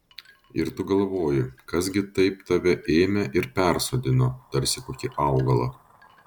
ir tu galvoji kas gi taip tave ėmė ir persodino tarsi kokį augalą